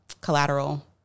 collateral